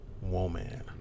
Woman